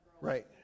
right